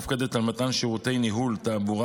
המופקדת על מתן שירותי ניהול תעבורה